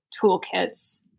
toolkits